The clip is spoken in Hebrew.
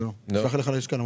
שלחתי לך ללשכה.